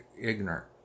ignorant